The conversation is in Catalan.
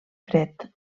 fred